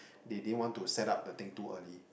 they didn't want to set up the thing too early